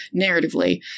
narratively